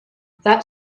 that